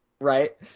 Right